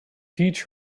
teach